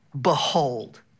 Behold